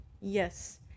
Yes